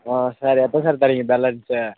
ஆ sir எப்போ sir தரீங்க balance